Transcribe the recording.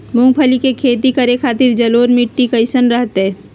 मूंगफली के खेती करें के खातिर जलोढ़ मिट्टी कईसन रहतय?